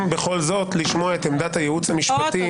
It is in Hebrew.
בכל זאת לשמוע את עמדת הייעוץ המשפטי לפני שהם ידברו.